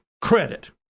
credit